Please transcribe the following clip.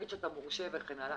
נגיד שאתה מורשה וכן הלאה,